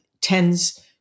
tends